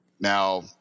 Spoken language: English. Now